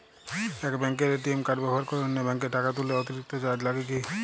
এক ব্যাঙ্কের ATM card ব্যবহার করে অন্য ব্যঙ্কে টাকা তুললে অতিরিক্ত চার্জ লাগে কি?